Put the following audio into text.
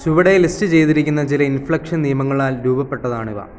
ചുവടെ ലിസ്റ്റു ചെയ്തിരിക്കുന്ന ചില ഇൻഫ്ലെക്ഷൻ നിയമങ്ങളാൽ രൂപപ്പെട്ടതാണിവ